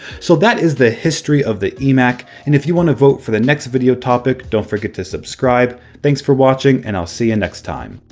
so that is the history of the emac, and if you want to vote for the next video topic, don't forget to subscribe. thanks for watching, and i'll see you and next time.